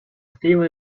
steve